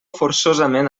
forçosament